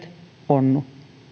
onnu